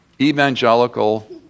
evangelical